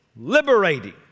liberating